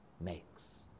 makes